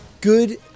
good